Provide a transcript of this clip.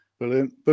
Brilliant